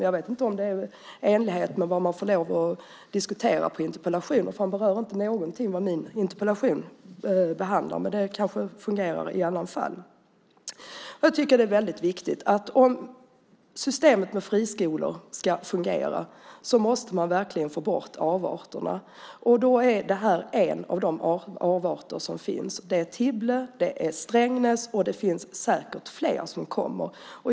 Jag vet inte om det är i enlighet med vad man får lov att diskutera i interpellationsdebatten. Han berör inte någonting av det min interpellation handlar om. Men det kanske fungerar i en del fall. För att systemet med friskolor ska fungera måste man verkligen få bort avarterna. Det tycker jag är väldigt viktigt. Då är det här en av de avarter som finns. Det gäller Tibble och Strängnäs, och det blir säkert fler.